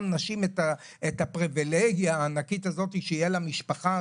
נשים את הפריווילגיה הענקית הזאת שתהיה לה משפחה,